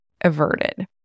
averted